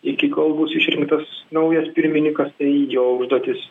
iki kol būsiu išrinktas naujas pirmininkas jo užduotis